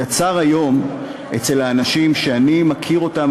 יצר היום אצל האנשים שאני מכיר אותם,